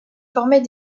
formés